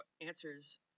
answers